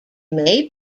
may